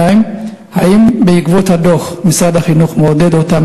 2. האם בעקבות הדוח משרד החינוך מעודד אותם